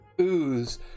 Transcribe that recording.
ooze